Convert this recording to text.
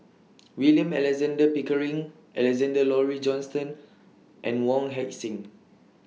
William Alexander Pickering Alexander Laurie Johnston and Wong Heck Sing